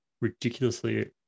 ridiculously